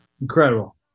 Incredible